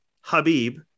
Habib